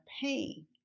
pain